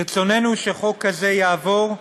ברצוננו שחוק זה יעבור,